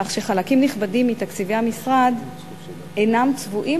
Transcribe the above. כך שחלקים נכבדים מתקציבי המשרד אינם צבועים